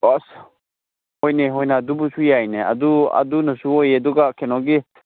ꯑꯁ ꯍꯣꯏꯅꯦ ꯍꯣꯏꯅꯦ ꯑꯗꯨꯕꯨꯁꯨ ꯌꯥꯏꯅꯦ ꯑꯗꯨ ꯑꯗꯨꯅꯁꯨ ꯑꯣꯏꯌꯦ ꯑꯗꯨꯒ ꯀꯩꯅꯣꯒꯤ